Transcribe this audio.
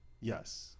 Yes